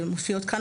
שמופיעות כאן,